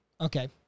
okay